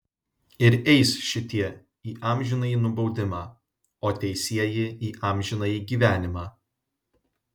ir eis šitie į amžinąjį nubaudimą o teisieji į amžinąjį gyvenimą